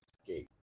escape